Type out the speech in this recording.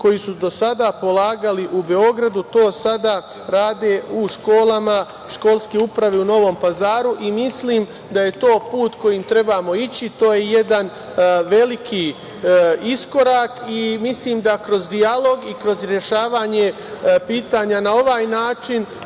koji su do sada polagali u Beogradu, to sada rade u školama školske uprave u Novom Pazaru. Mislim da je to put kojim trebamo ići. To je jedan veliki iskorak. Mislim da kroz dijalog i kroz rešavanje pitanja na ovaj način